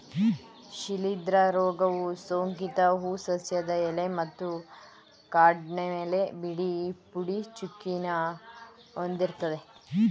ಶಿಲೀಂಧ್ರ ರೋಗವು ಸೋಂಕಿತ ಹೂ ಸಸ್ಯದ ಎಲೆ ಮತ್ತು ಕಾಂಡದ್ಮೇಲೆ ಬಿಳಿ ಪುಡಿ ಚುಕ್ಕೆನ ಹೊಂದಿರ್ತದೆ